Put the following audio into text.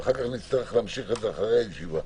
ואחר כך נצטרך להמשיך את הדיון אחרי הישיבה.